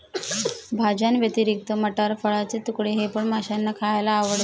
भाज्यांव्यतिरिक्त मटार, फळाचे तुकडे हे पण माशांना खायला आवडतं